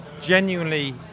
genuinely